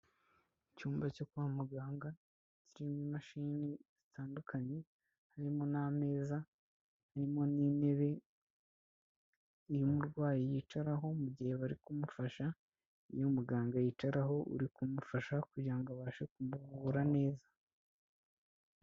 Icyumba cyo kwa muganga kirimo imashini zitandukanye, harimo n'ameza, harimo n'intebe, iyo umurwayi yicaraho mu gihe bari kumufasha, iyo umuganga yicaraho uri kumufasha kugira ngo abashe kumuvura neza.